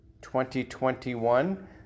2021